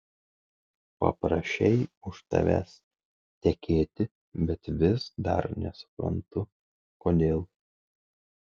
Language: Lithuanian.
paprašei už tavęs tekėti bet vis dar nesuprantu kodėl